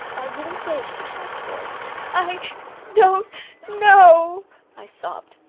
are you engaged to kenneth ford i don't know i sobbed.